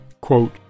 Quote